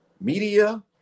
media